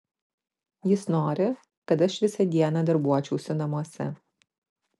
jis nori kad aš visą dieną darbuočiausi namuose